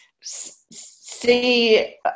see